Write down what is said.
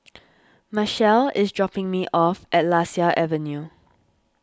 Machelle is dropping me off at Lasia Avenue